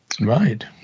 Right